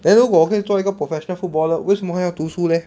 then 如果我可以做一个 professional footballer 为什么还要读书 leh